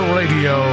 radio